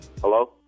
Hello